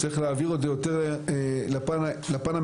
צריך להעביר את זה יותר לפן המקצועי,